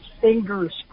fingers